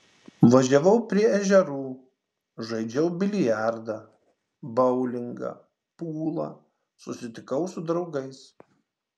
važiavau prie ežerų žaidžiau biliardą boulingą pulą susitikau su draugais